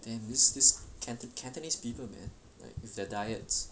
and these these can~ cantonese people man like with their diets